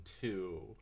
two